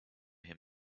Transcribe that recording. him